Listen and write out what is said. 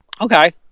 Okay